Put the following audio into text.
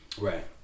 Right